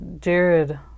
Jared